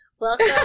Welcome